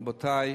רבותי,